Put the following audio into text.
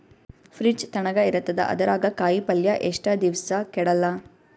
Fridge ತಣಗ ಇರತದ, ಅದರಾಗ ಕಾಯಿಪಲ್ಯ ಎಷ್ಟ ದಿವ್ಸ ಕೆಡಲ್ಲ?